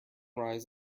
rise